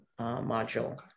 module